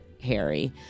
Harry